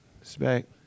respect